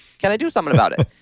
can i do something about it?